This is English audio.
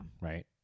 right